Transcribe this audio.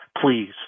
please